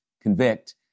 convict